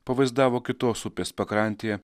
pavaizdavo kitos upės pakrantėje